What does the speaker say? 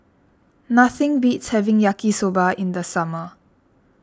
nothing beats having Yaki Soba in the summer